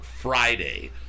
Friday